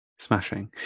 Smashing